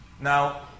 Now